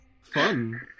Fun